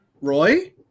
Roy